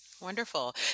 wonderful